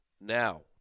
Now